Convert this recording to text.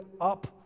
up